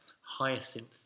Hyacinth